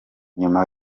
nyuma